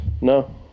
No